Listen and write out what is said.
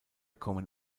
kommen